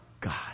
God